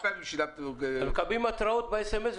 מקבלים התראות באס.אם.אס.